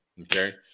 okay